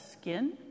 skin